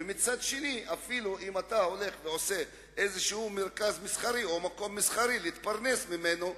ומצד שני אפילו אם אתה מקים מרכז מסחרי להתפרנס ממנו,